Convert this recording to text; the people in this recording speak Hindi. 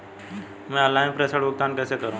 मैं ऑनलाइन प्रेषण भुगतान कैसे करूँ?